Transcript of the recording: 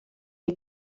die